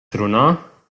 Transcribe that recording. runā